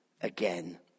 again